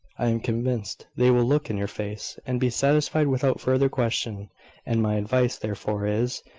i am convinced. they will look in your face, and be satisfied without further question and my advice, therefore, is,